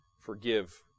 forgive